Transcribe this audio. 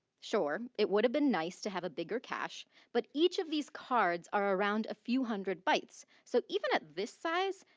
sure, it would have been nice to have a bigger cache but each of these cards are around a few hundred bytes, so even at this size,